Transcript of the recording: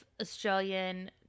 Australian